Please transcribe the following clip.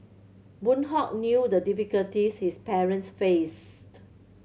Boon Hock knew the difficulties his parents faced